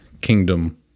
kingdom